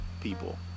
people